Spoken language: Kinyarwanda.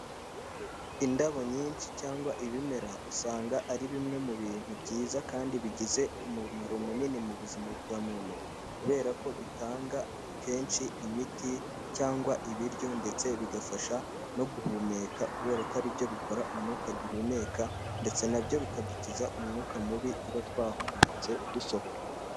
Indabo nyinshi cyangwa ibimera, usanga ari bimwe mu bintu byiza kandi bigize umumaro munini mu buzima bwa muntu kubera ko bitanga kenshi imiti cyangwa ibiryo ndetse bigafasha no guhumeka kubera ko ari byo bikora umwuka duhumeka ndetse na byo bikadukiza umwuka mubi tuba twahumetse dusohora.